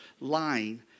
lying